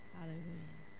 Hallelujah